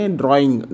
drawing